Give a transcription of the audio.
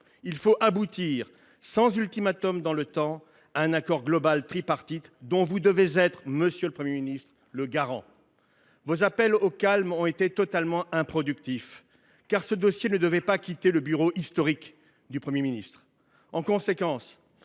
Il faut aboutir, sans ultimatum dans le temps, à un accord global tripartite dont vous devez être le garant, monsieur le Premier ministre. Vos appels au calme ont été totalement improductifs, car ce dossier ne devait pas quitter le bureau historique du Premier ministre. En conséquence,